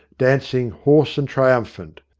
dancing, hoarse and triumphant.